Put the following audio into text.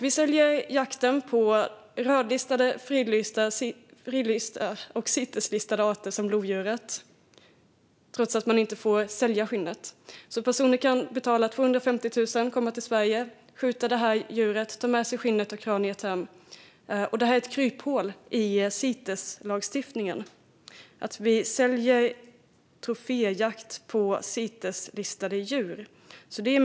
Vi säljer jakt på rödlistade, fridlysta och Citeslistade arter som lodjur, trots att man inte får sälja skinnet. Personer kan betala 250 000 kronor, komma till Sverige, skjuta detta djur och ta med sig skinnet och kraniet hem. Att vi säljer troféjakt på Citeslistade djur är ett kryphål i Citeslagstiftningen.